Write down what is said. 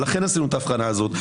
לכן עשינו את ההבחנה הזאת.